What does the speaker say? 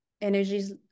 energies